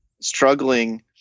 struggling